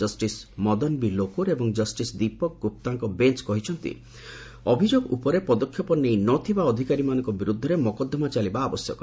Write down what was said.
justice Madan B Lokur ଏବଂ justice Deepak ଗୁପ୍ତାଙ୍କ bench କହିଛନ୍ତି ଅଭିଯୋଗ ଉପରେ ପଦକ୍ଷେପ ନେଇନଥିବା ଅଧିକାରୀମାନଙ୍କ ବିରୁଦ୍ଧରେ ମକଦ୍ଦମା ଚାଲିବା ଆବଶ୍ୟକ